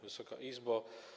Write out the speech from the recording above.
Wysoka Izbo!